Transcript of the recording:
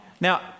Now